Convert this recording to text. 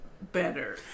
better